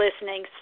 listening